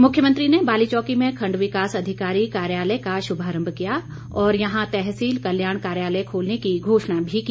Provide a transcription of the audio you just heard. मुख्यमंत्री ने बालीचौकी में खंड विकास अधिकारी कार्यालय का शुभारम्भ किया और यहां तहसील कल्याण कार्यालय खोलने की घोषणा भी की